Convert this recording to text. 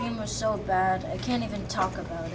name was so bad i can't even talk about